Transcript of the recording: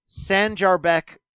Sanjarbek